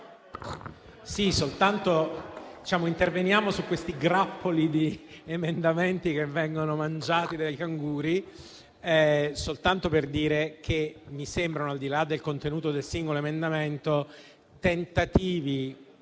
Presidente, interveniamo su questi grappoli di emendamenti che vengono mangiati dai canguri soltanto per dire che, al di là del contenuto del singolo emendamento,